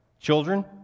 Children